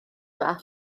yma